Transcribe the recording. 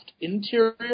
interior